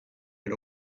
had